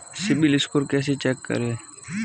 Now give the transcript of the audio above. CIBIL score कैसे check करें?